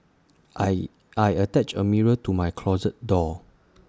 I I attached A mirror to my closet door